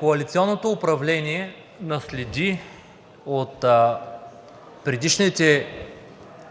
Коалиционното управление наследи от предишните